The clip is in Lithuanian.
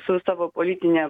su savo politine